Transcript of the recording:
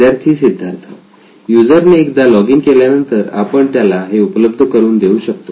विद्यार्थी सिद्धार्थ युजर ने एकदा लॉगिन केल्यानंतर आपण त्याला हे उपलब्ध करून देऊ शकतो